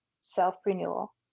self-renewal